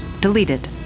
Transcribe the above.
Deleted